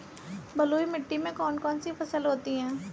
बलुई मिट्टी में कौन कौन सी फसल होती हैं?